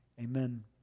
amen